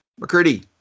McCurdy